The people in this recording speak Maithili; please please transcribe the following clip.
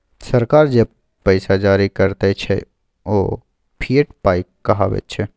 सरकार जे पैसा जारी करैत छै ओ फिएट पाय कहाबैत छै